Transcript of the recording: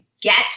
get